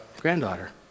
granddaughter